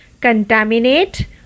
contaminate